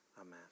amen